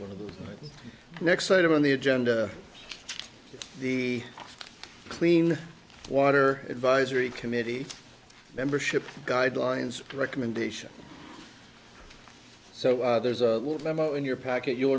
one of the next item on the agenda the clean water advisory committee membership guidelines recommendation so there's a memo in your packet you'll